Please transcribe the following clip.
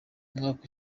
umwaka